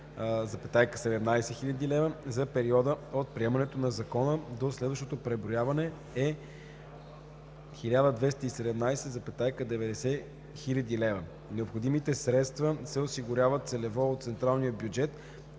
за периода от приемането на Закона до следващото преброяване е 1 217,90 хил. лв. Необходимите средства се осигуряват целево от централния бюджет,